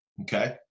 Okay